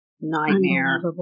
Nightmare